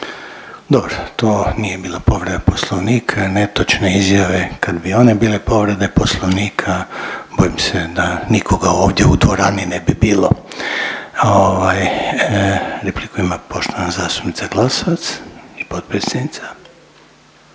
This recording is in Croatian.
Dobro, to nije bila povreda Poslovnika, netočne izjave, kad bi one bile povrede Poslovnika, bojim se da nikoga ovdje u dvorani ne bi bilo. Ovaj, repliku ima poštovana zastupnica Glasovac, potpredsjednica.